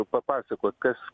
papasakot kas